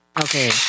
Okay